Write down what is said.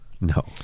no